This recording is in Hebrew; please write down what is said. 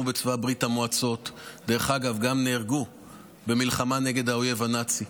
בצבא ברית המועצות וגם נהרגו במלחמה נגד האויב הנאצי,